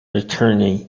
attorney